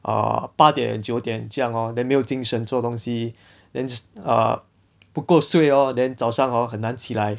err 八点九点这样 hor then 没有精神做东西 then err 不够睡 lor then 早上 hor 很难起来